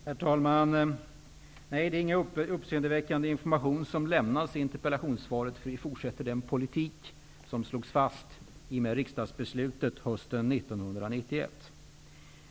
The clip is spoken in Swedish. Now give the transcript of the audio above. Herr talman! Nej, det är ingen uppseendeväckande information som lämnas i interpellationssvaret. Vi fortsätter den politik som slogs fast i och med riksdagsbeslutet hösten 1991.